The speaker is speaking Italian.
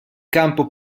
campo